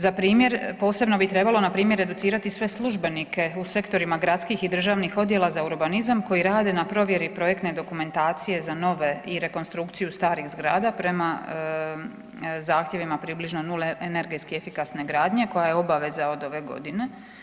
Za primjer posebno bi trebalo npr. educirati sve službenike u sektorima gradskih i državnih odjela za urbanizam koji rade na provjeri projektne dokumentacije za nove i rekonstrukciju starih zgrada prema zahtjevima približno Nul energetske efikasne gradnje koja je obaveza od ove godine.